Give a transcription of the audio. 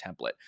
template